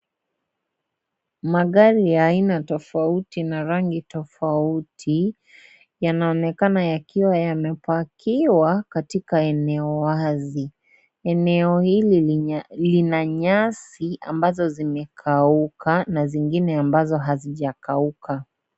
Magari ya aina tofauti na rangi tofauti yanaonekana yakiwa yamepakiwa katika eneo wazi . Eneo hili lina nyasi ambazo zimekauka na zingine ambazo hazijakauka.